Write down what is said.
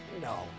No